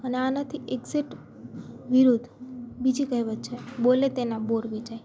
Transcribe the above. અને આનાથી એક્ઝેટ વિરુદ્ધ બીજી કહેવત છે બોલે તેના બોર વેચાય